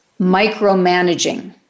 micromanaging